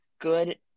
good